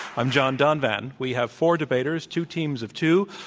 i'm john donvan. we have four debaters, two teams of two,